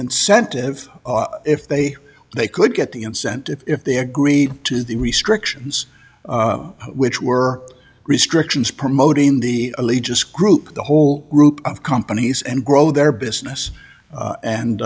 incentive if they they could get the incentive if they agreed to the restrictions which were restrictions promoting the allegiance group the whole group of companies and grow their business